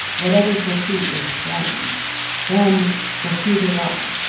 what others will see is them them for who they are,